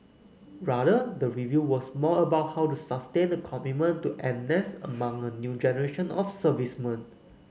rather the review was more about how to sustain the commitment to N S among a new generation of servicemen